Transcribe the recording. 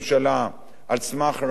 על סמך ראיות שיש לך,